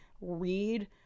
read